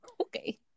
okay